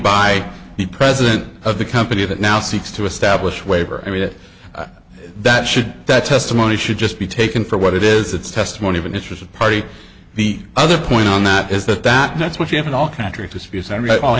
by the president of the company that now seeks to establish waiver i mean that that should that testimony should just be taken for what it is the testimony of an interested party the other point on that is that that that's what you have in all